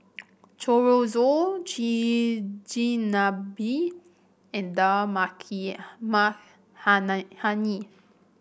Chorizo Chigenabe and Dal Maki Makhanahani